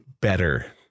better